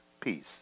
peace